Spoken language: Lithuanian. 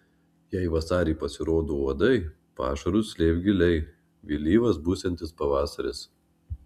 jei vasarį pasirodo uodai pašarus slėpk giliai vėlyvas būsiantis pavasaris